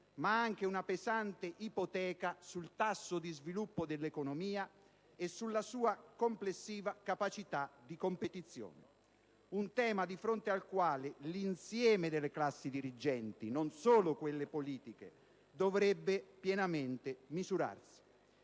ma anche una pesante ipoteca sul tasso di sviluppo dell'economia e sulla sua complessiva capacità di competizione, un tema di fronte al quale l'insieme delle classi dirigenti, non solo quelle politiche, dovrebbe pienamente misurarsi.